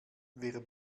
wer